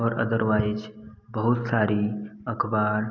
और अदरवाइज बहुत सारी अखबार